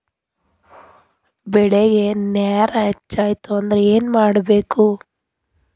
ಬೆಳೇಗ್ ನೇರ ಹೆಚ್ಚಾಯ್ತು ಅಂದ್ರೆ ಏನು ಮಾಡಬೇಕು?